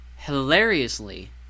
hilariously